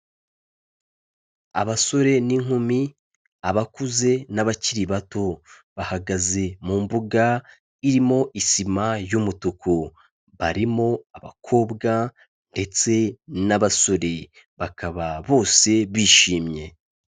Abasore n'inkumi, abakuze n'abakiri bato bahagaze mu mbuga irimo isima y'umutuku, barimo abakobwa ndetse n'abasore, bakaba bose bishimye.